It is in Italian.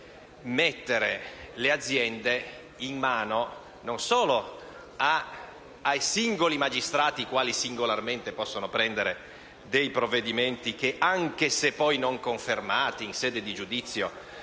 mettere le aziende in mano non solo ai singoli magistrati, i quali singolarmente possono prendere dei provvedimenti che, anche se poi non confermati in sede di giudizio,